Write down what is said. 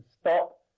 stop